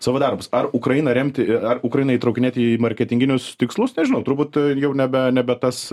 savo darbus ar ukrainą remti į ar ukrainą įtraukinėti į marketinginius tikslus nežinau turbūt jau nebe nebe tas